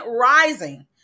Rising